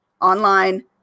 online